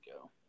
go